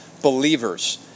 believers